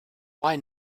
why